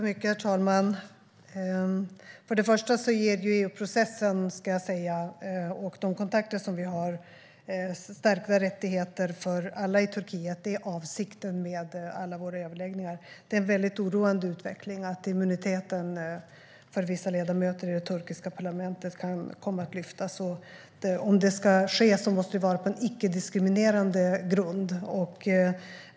Herr talman! Först ska jag säga att EU-processen och de kontakter som vi har handlar om att ge stärkta rättigheter för alla i Turkiet. Det är avsikten med alla våra överläggningar. Det är en väldigt oroande utveckling att immuniteten för vissa ledamöter i det turkiska parlamentet kan komma att lyftas. Om det ska ske måste det vara på en icke-diskriminerande grund.